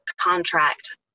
contract